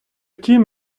тім